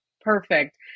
perfect